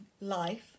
life